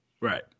Right